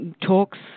talks